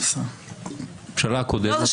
לא.